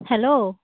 hello